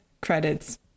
credits